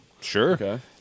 Sure